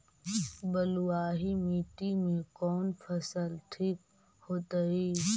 बलुआही मिट्टी में कौन फसल ठिक होतइ?